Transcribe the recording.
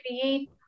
create